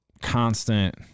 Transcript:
constant